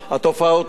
התופעות האלה,